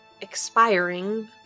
expiring